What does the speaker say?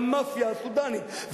והמאפיה הסודנית,